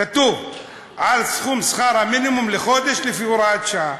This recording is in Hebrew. כתוב על סכום שכר המינימום לחודש לפי הוראת שעה.